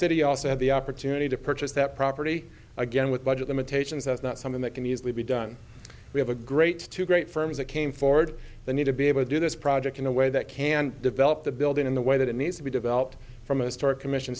city also had the opportunity to purchase that property again with budget limitations that's not something that can easily be done we have a great two great firms that came forward the need to be able to do this project in a way that can develop the building in the way that it needs to be developed from a start commission